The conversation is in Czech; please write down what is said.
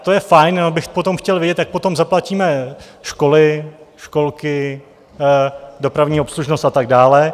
To je fajn, ale já bych potom chtěl vědět, jak potom zaplatíme školy, školky, dopravní obslužnost a tak dále.